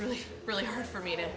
really really hard for me to